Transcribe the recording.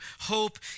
hope